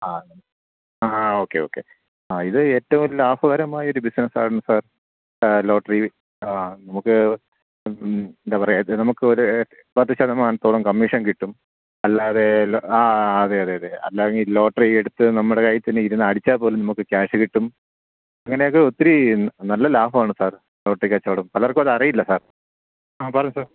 ആ ആ okay okay ആ ഇത് ഏറ്റവും ലാഭകരമായൊരു ബിസിനസ്സാണ് സാർ ലോട്ടറി ആ നമുക്ക് എന്താ പറയുക ഇത് നമുക്കൊരു പത്ത് ശതമാനത്തോളം കമ്മീഷൻ കിട്ടും അല്ലാതെ അല്ലൊ ആ അതെ അതെ അതെ അല്ലാതെ ലോട്ടറി എടുത്ത് നമ്മുടെ കയ്യിൽത്തന്നെ ഇരുന്ന് അടിച്ചാൽപ്പോലും നമുക്ക് കേഷ് കിട്ടും അങ്ങനെയൊക്കെ ഒത്തിരി നല്ല ലാഭമാണ് സാർ ലോട്ടറി കച്ചവടം പലർക്കും അത് അറിയില്ല സാർ ആ പറ സാർ